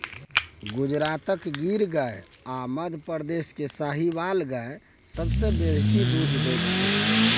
गुजरातक गिर गाय आ मध्यप्रदेश केर साहिबाल गाय सबसँ बेसी दुध दैत छै